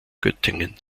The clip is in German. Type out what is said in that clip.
göttingen